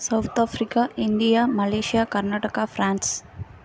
south Africa India Malaysia Karnataka France